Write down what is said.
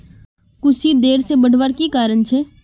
कुशी देर से बढ़वार की कारण छे?